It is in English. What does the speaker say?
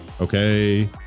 okay